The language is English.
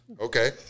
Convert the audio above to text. Okay